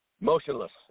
motionless